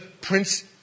prince